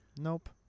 nope